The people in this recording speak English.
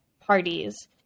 parties